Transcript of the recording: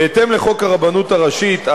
בהתאם לחוק הרבנות הראשית,